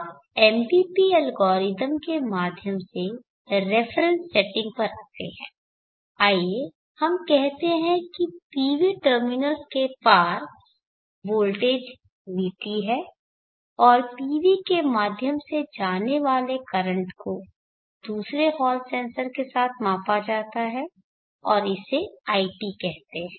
अब MPP algorithm के माध्यम से रेफरेन्स सेटिंग पर आते है आइए हम कहते है की PV टर्मिनल्स के पार वोल्टेज vt है और PV के माध्यम से जाने वाले करंट को दूसरे हॉल सेंसर के साथ मापा जाता है और इसे iT कहते है